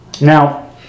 Now